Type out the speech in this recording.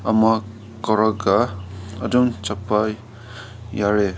ꯑꯃ ꯀꯧꯔꯒ ꯑꯗꯨꯝ ꯆꯠꯄ ꯌꯥꯔꯦ